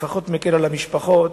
לפחות מקל על המשפחות.